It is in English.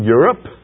Europe